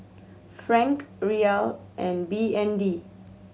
Franc Riyal and B N D